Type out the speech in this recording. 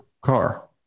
car